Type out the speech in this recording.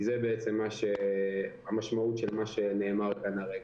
כי זה המשמעות של מה שנאמר כאן כרגע.